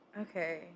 Okay